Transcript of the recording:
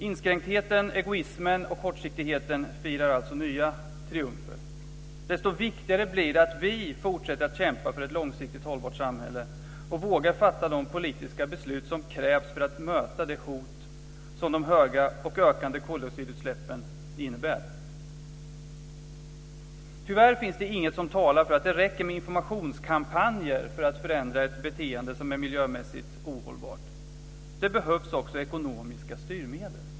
Inskränktheten, egoismen och kortsiktigheten firar alltså nya triumfer. Desto viktigare blir det att vi fortsätter att kämpa för ett långsiktigt hållbart samhälle och vågar fatta de politiska beslut som krävs för att möta det hot som de höga och ökande koldioxidutsläppen innebär. Tyvärr finns det ingenting som talar för att det räcker med informationskampanjer för att förändra ett beteende som är miljömässigt ohållbart. Det behövs också ekonomiska styrmedel.